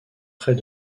près